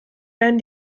werden